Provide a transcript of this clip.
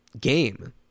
game